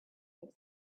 its